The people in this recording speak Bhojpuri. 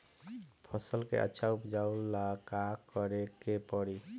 फसल के अच्छा उपजाव ला का करे के परी?